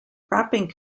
wrapping